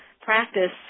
practice